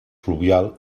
fluvial